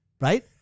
Right